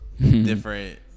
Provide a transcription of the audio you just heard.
different